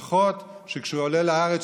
שכשהוא עולה לארץ,